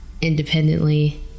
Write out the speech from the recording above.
independently